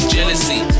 Jealousy